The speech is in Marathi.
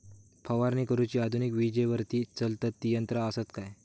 फवारणी करुची आधुनिक विजेवरती चलतत ती यंत्रा आसत काय?